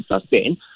sustain